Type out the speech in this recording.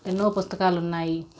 ఎన్నో పుస్తకాలు ఉన్నాయి